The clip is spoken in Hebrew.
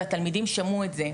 והתלמידים שמעו את זה.